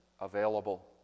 available